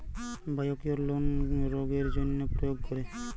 Biocure কোন রোগেরজন্য প্রয়োগ করে?